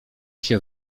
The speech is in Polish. się